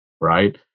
right